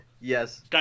Yes